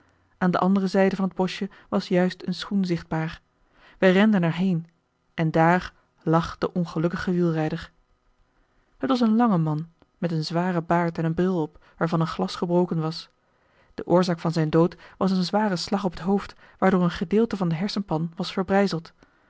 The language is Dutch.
aan de andere zijde van het boschje was juist een schoen zichtbaar wij renden er heen en daar lag de ongelukkige wielrijder het was een lange man met een zwaren baard en een bril op waarvan een glas gebroken was de oorzaak van zijn dood was een zware slag op het hoofd waardoor een gedeelte van de hersenpan was